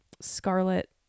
Scarlet